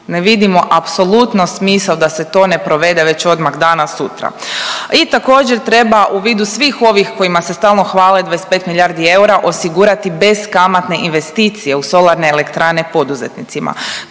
ne vidimo apsolutno smisao da se to ne provede već odmah danas sutra. I također treba u vidu svih ovih kojima se stalno hvale 25 milijardi eura osigurati beskamatne investicije u solarne elektrane poduzetnicima.